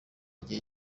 igihe